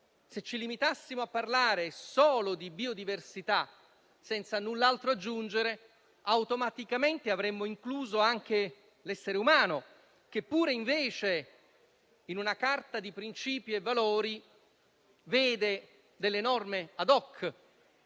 se ci limitassimo a parlare solo di biodiversità, senza null'altro aggiungere, automaticamente avremmo incluso anche l'essere umano, che pure invece, in una Carta di principi e valori, vede delle norme *ad hoc*